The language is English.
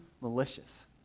malicious